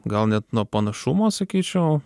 gal net nuo panašumo sakyčiau